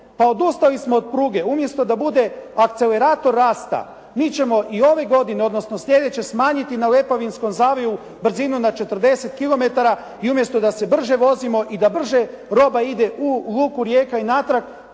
Pa odustali smo od pruge. Umjesto da bude akcelerator rasta, mi ćemo i ove godine, odnosno sljedeće smanjiti na … /Govornik se ne razumije./ … brzinu na 40 kilometara i umjesto da se brže vozimo i da brže roba ide u luku Rijeka i natrag,